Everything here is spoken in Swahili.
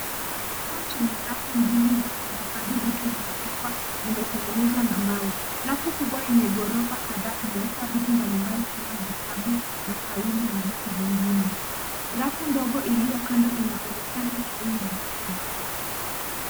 Chumba chenye rafu mbili za kuhifadhi vitu zimetengenezwa na mbao. Rafu kubwa yenye ghorofa kadhaa imewekwa vitu mbalimbali kama vitabu na faili na vitu vingine. Rafu ndogo iliyo kando inaonekana haina vitu.